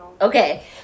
okay